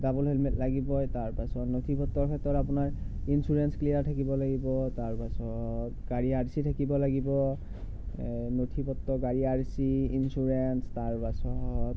double helmet লাগিবই তাৰপাছত নথি পত্ৰৰ ভিতৰত আপোনাৰ ইঞ্চুৰেঞ্চ ক্লিয়াৰ থাকিব লাগিব তাৰপাছত গাড়ীৰ আৰ চি থাকিব লাগিব এই নথি পত্ৰ গাড়ীৰ আৰ চি ইঞ্চুৰেঞ্চ তাৰপাছত